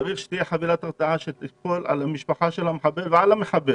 צריך שתהיה חבילת הרתעה שתיפול על המשפחה של המחבל ועל המחבל